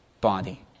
body